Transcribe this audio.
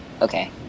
Okay